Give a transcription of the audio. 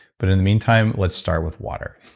but, in the meantime, let's start with water.